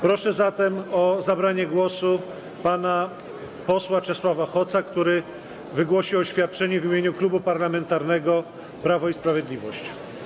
Proszę zatem o zabranie głosu pana posła Czesława Hoca, który wygłosi oświadczenie w imieniu Klubu Parlamentarnego Prawo i Sprawiedliwość.